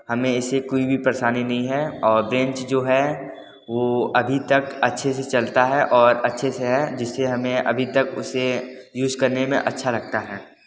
हमें इससे कोई भी परेशानी नहीं है और बेंच जो है वो अभी तक अच्छे से चलता है और अच्छे से है जिससे हमें अभी तक उसे यूज़ करने में अच्छा लगता है